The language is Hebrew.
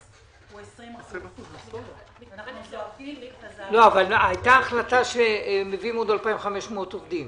הוא 20%. הייתה החלטה שמביאים עוד 2,500 עובדים.